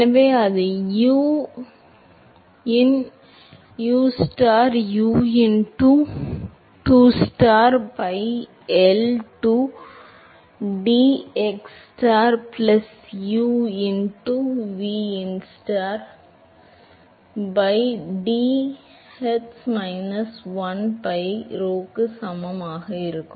எனவே அது u in u star u in டுஸ்டார் பை எல் டு டிஎக்ஸ்ஸ்டார் plus u into v star u in வு star by y star t hats minus 1 by ரோக்கு சமமாக இருக்கும்